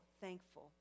thankful